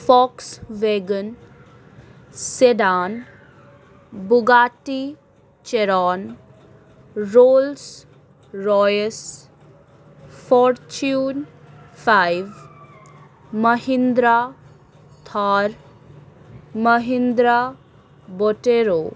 Volkswagen sedan Bugatti Chiron Rolls Royce Fortuner five Mahindra Thar Mahindra Bolero